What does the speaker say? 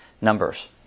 Numbers